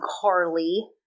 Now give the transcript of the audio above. Carly